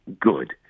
good